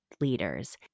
leaders